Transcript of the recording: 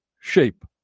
shape